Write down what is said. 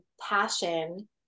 passion